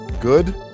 Good